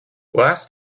last